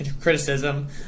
criticism